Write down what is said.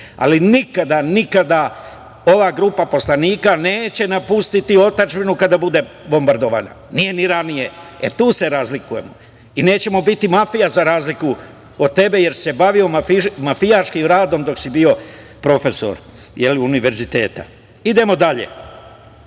Ali, nikada, nikada ova grupa poslanika neće napustiti otadžbinu kada bude bombardovanje, nije ni ranije. E, tu se razlikujemo. Nećemo biti mafija za razliku od tebe, jer si se bavio mafijaškim radom dok si bio profesor univerziteta. Idemo dalje,